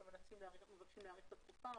אם מבקשים להאריך את התקופה,